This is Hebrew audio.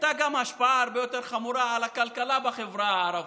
הייתה גם השפעה הרבה יותר חמורה על הכלכלה בחברה הערבית.